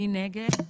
מי נגד?